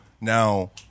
now